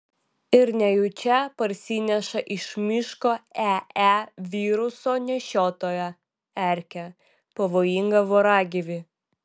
ir nejučia parsineša iš miško ee viruso nešiotoją erkę pavojingą voragyvį